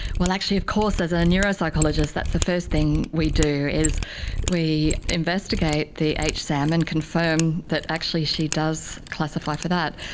well actually of course as a neuropsychologist that's that's the first thing we do, is we investigate the hsam and confirm that actually she does classify for that,